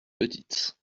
petite